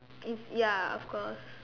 um ya of course